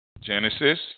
Genesis